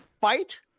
fight